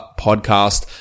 podcast